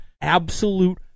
absolute